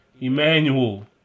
Emmanuel